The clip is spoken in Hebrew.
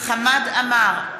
חמד עמאר,